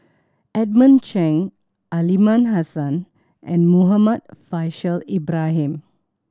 Edmund Chen Aliman Hassan and Muhammad Faishal Ibrahim